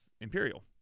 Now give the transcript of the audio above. Imperial